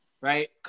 right